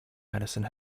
medicine